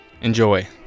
enjoy